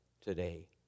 today